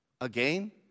Again